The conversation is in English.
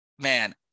man